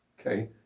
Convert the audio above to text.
okay